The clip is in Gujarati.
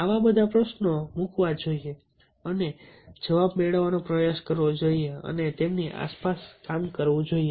આવા બધા પ્રશ્નો મુકવા જોઈએ અને જવાબ મેળવવાનો પ્રયાસ કરવો જોઈએ અને તેમની આસપાસ કામ કરવું જોઈએ